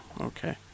Okay